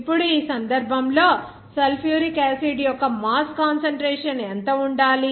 ఇప్పుడు ఈ సందర్భంలో సల్ఫ్యూరిక్ యాసిడ్ యొక్క మాస్ కాన్సంట్రేషన్ ఎంత ఉండాలి